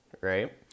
right